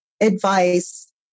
advice